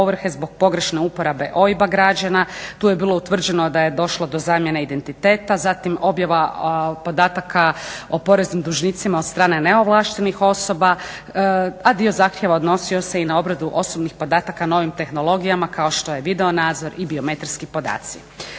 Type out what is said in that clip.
zbog pogrešne uporabe OIB-a građana. Tu je bilo utvrđeno da je došlo do zamjene identiteta, zatim objava podataka o poreznim dužnicima od strane neovlaštenih osoba, a dio zahtjeva odnosio se i na obradu osobnih podataka novim tehnologijama kao što je video nadzor i biometrijski podaci.